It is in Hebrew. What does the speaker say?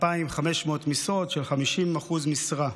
2,500 משרות של 50% משרה.